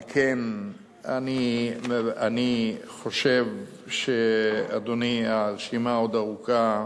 על כן אני חושב, אדוני, שהרשימה עוד ארוכה.